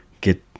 get